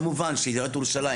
כמובן שעיריית ירושלים,